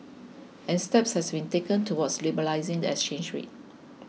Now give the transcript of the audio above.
and steps have been taken towards liberalising the exchange rate